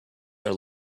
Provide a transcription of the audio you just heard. are